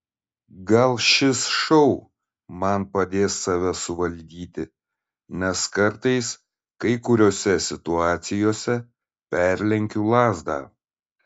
gal šis šou man padės save suvaldyti nes kartais kai kuriose situacijose perlenkiu lazdą